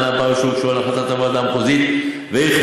בעררים שהוגשו על החלטת הוועדה המחוזית והחליטה,